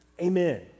Amen